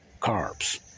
Carbs